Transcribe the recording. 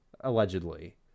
allegedly